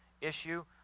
issue